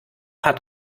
hat